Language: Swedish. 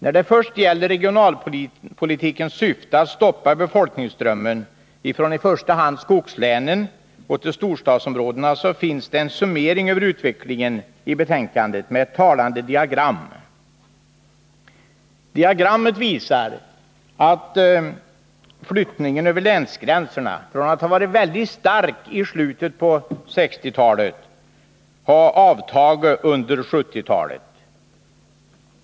Vad först gäller regionalpolitikens syfte, att stoppa befolkningsströmmen från i första hand skogslänen till storstadsområdena, finns i betänkandet en summering över utvecklingen med ett talande diagram. Diagrammet visar att flyttningen över länsgränserna från att ha varit mycket stark i slutet av 1960-talet har avtagit under 1970-talet.